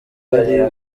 buri